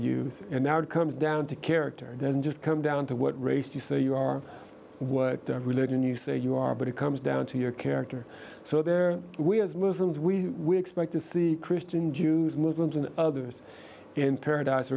uses and now it comes down to character doesn't just come down to what race you say you are what religion you say you are but it comes down to your character so there we as muslims we expect to see christian jews muslims and others in paradise